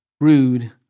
rude